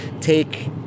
take